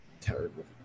Terrible